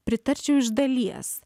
pritarčiau iš dalies